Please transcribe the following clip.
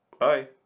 Bye